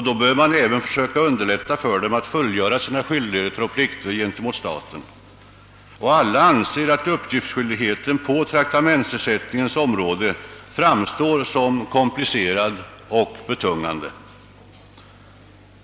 Då bör man även försöka underlätta för dem att fullgöra sina plikter mot staten, och alla anser ju att uppgiftsskyldigheten på traktamentsbeskattningens område framstår som komplicerad och betungande.